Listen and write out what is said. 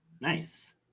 Nice